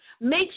Make